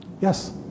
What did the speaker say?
Yes